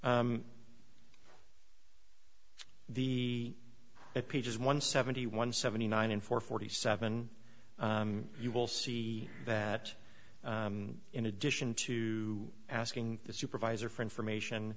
the pages one seventy one seventy nine and four forty seven you will see that in addition to asking the supervisor for information